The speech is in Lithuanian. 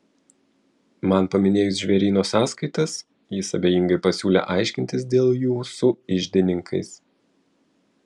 man paminėjus žvėryno sąskaitas jis abejingai pasiūlė aiškintis dėl jų su iždininkais